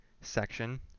section